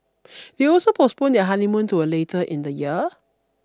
they also postponed their honeymoon to a later in the year